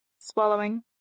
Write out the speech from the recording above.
swallowing